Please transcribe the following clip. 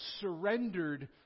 surrendered